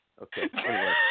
Okay